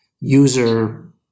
user